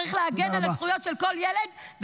צריך להגן על הזכויות של כל ילד -- תודה רבה.